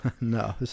No